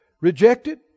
Rejected